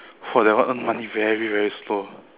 !wah! that one earn money very very slow